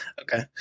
Okay